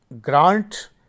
grant